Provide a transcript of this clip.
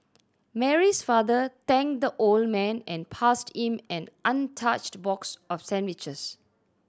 Mary's father thanked the old man and passed him an untouched box of sandwiches